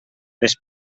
les